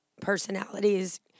personalities